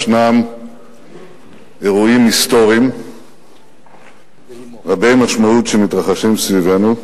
יש אירועים היסטוריים רבי משמעות שמתרחשים סביבנו.